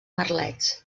merlets